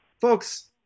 Folks